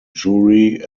jury